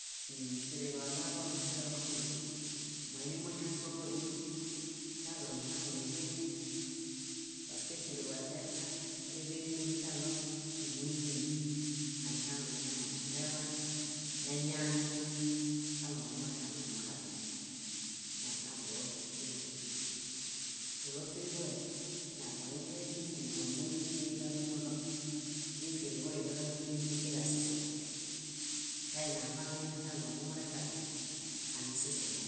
. Ũũ fíriġo aḃaḃu áhuseralo fíriġo. Moini móñasoo íi kaɭo nihaŋun níḃe min paske fíriġo ena, éḃe min kaɭo númuñii anihaŋunilemo, neḃaan neñamin kaɭo momurehaŋunumuxaźen. Monna bulo fíriġo ombiḃi. Bulo fíriġoe, ñamoingen mími monimuinitiĩ kaźumuɭo íi fíriġoi doźumuinikiġasisu kainiaḃamin kaɭo mumurexaźen, anisisumo